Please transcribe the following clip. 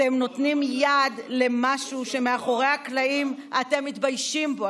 אתם נותנים יד למשהו שמאחורי הקלעים אתם מתביישים בו,